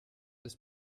des